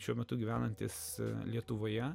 šiuo metu gyvenantis lietuvoje